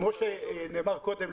כמו שנאמר קודם,